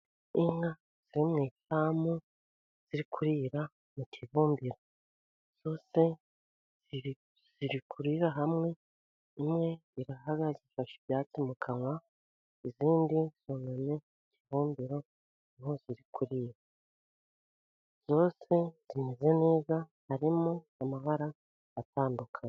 inka ziri mu ifamu ziri kurira mu kibumbiro. Zose ziri kurira hamwe, imwe irahagaze ifashe ibyatsi mu kanwa, izindi zunamye mu kibumbiro ni ho ziri kurira. Zose zimeze neza harimo amabara atandukanye.